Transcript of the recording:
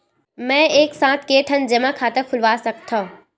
मैं एक साथ के ठन जमा खाता खुलवाय सकथव?